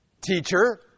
teacher